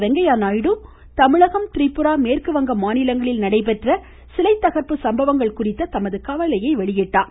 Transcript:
வெங்கையாநாயுடு தமிழகம் திரிபுரா மேற்கு வங்கம் மாநிலங்களில் நடைபெற்ற சிலை தகர்ப்பு சம்பவங்கள் குறித்த தமது கவலையை வெளியிட்டார்